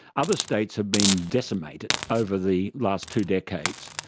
other states have been decimated over the last two decades.